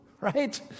right